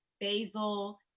basil